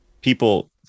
people